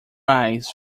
eyes